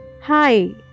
Hi